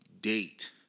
date